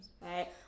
right